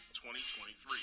2023